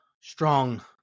strong